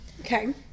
okay